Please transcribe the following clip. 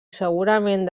segurament